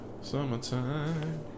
Summertime